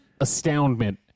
astoundment